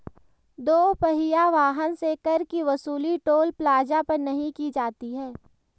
दो पहिया वाहन से कर की वसूली टोल प्लाजा पर नही की जाती है